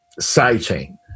sidechain